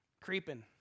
Creeping